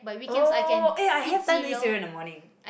oh eh I time to eat cereal in the morning